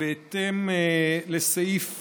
בהתאם לסעיף